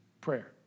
prayer